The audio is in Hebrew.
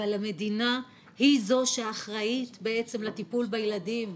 אבל המדינה היא זו שאחראית לטיפול בילדים,